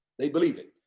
they believe it.